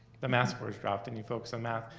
the math scores dropped, and you focus on math.